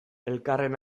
elkarren